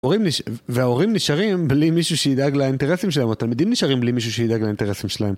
וההורים נשארים בלי מישהו שידאג לאינטרסים שלהם, התלמידים נשארים בלי מישהו שידאג לאינטרסים שלהם.